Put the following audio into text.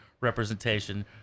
representation